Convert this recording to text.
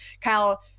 Kyle